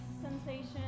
sensation